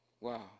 wow